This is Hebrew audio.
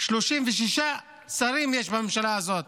36 שרים יש בממשלה הזאת